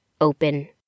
open